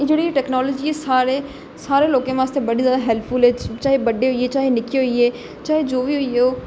एह् जेहड़ी टेक्नोलाॅजी ऐ सारे लोकें आस्तै बड़ी ज्यादा हैल्पफुल ऐ एहदे चाहे बड्डे होई गे चाहे निक्के होई गे चाहे जो बी होई गेआ होग